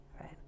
right